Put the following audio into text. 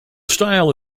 style